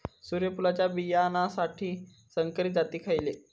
सूर्यफुलाच्या बियानासाठी संकरित जाती खयले?